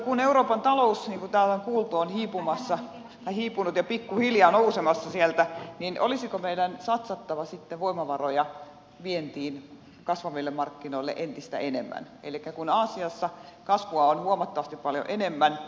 kun euroopan talous niin kuin täällä on kuultu on hiipunut ja pikkuhiljaa nousemassa sieltä niin olisiko meidän satsattava sitten voimavaroja vientiin kasvaville markkinoille entistä enemmän elikkä kun aasiassa kasvua on huomattavasti paljon enemmän